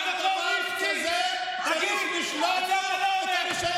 שחותם על דבר כזה צריך לשלול את הרישיון.